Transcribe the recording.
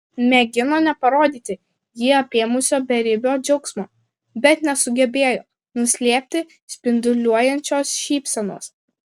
mėgino neparodyti jį apėmusio beribio džiaugsmo bet nesugebėjo nuslėpti spinduliuojančios šypsenos